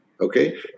Okay